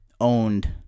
owned